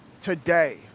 today